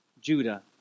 Judah